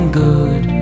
good